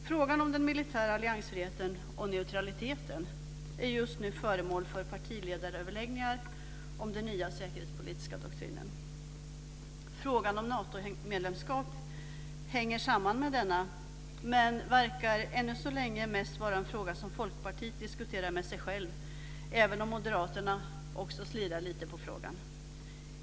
Frågan om den militära alliansfriheten och neutraliteten är just nu föremål för partiledaröverläggningar om den nya säkerhetspolitiska doktrinen. Frågan om Natomedlemskap hänger samman med denna, men verkar ännu så länge mest vara en fråga som Folkpartiet diskuterar med sig självt, även om också moderaterna slirar lite på frågan.